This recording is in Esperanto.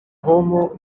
homo